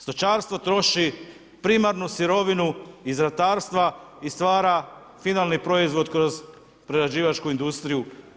Stočarstvo troši primarnu sirovinu iz ratarstva i stvara finalni proizvod kroz prerađivačku industriju.